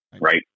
Right